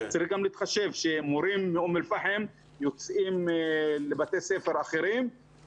צריך להתחשב בכך שמורים מאום אל פאחם יוצאים לבתי ספר אחרים,